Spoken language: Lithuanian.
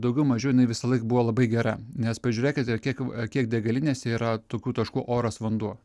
daugiau mažiau jinai visąlaik buvo labai gera nes pažiūrėkite kiek kiek degalinėse yra tokių taškų oras vanduo